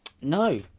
No